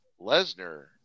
Lesnar